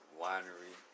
winery